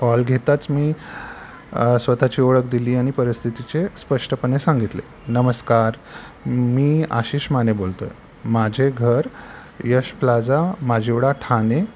call घेताच मी स्वतःची ओळख दिली आणि परिस्थितीचे स्पष्टपणे सांगितले नमस्कार मी आशिष माने बोलतो आहे माझे घर यश प्लाझा माजीवडा ठाणे